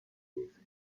dulces